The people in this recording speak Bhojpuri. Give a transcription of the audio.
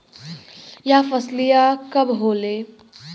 यह फसलिया कब होले?